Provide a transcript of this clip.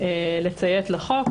לציית לחוק.